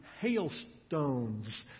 hailstones